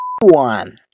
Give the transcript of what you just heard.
one